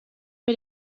mir